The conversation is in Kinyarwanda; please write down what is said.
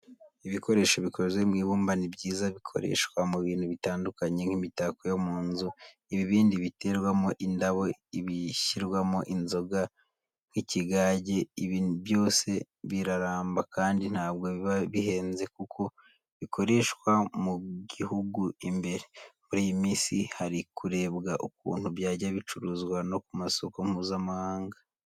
Ibikoresho bikozwe mu ibumba ni byiza, bikoreshwa mu bintu bitandukanye nk'imitako yo mu nzu, ibibindi biterwamo indabo, ibishyirwamo inzoga nk'ikigage, ibi byose biraramba kandi ntabwo biba bihenze kuko bikorerwa mu gihugu imbere. Muri iyi minsi hari kurebwa ukuntu byajya bicuruzwa no ku masoko mpuzamahanga.